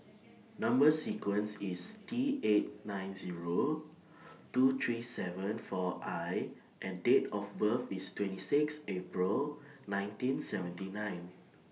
Number sequence IS T eight nine Zero two three seven four I and Date of birth IS twenty six April nineteen seventy nine